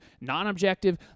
non-objective